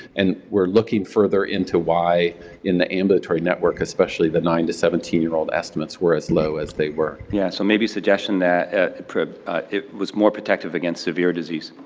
and we're looking further into why in the ambulatory network especially the nine to seventeen year old estimates were as low as they were. yeah, so maybe a suggestion that it was more protective against severe disease.